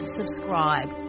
subscribe